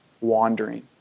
wandering